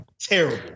Terrible